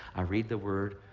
i read the word.